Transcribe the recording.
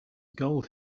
gold